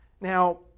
Now